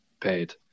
paid